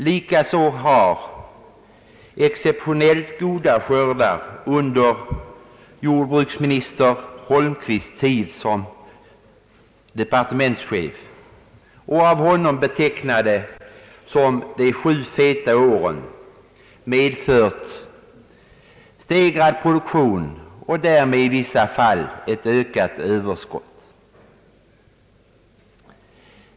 Likaså har exceptionellt goda skördar under jordbruksminister Holmqvists tid som departementschef av honom betecknad som de sju feta åren — medfört stegrad produktion och därmed i vissa fall ett ökat överskott.